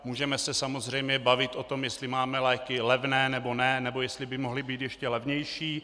Můžeme se samozřejmě bavit o tom, jestli máme léky levné, nebo ne, nebo jestli by mohly být ještě levnější.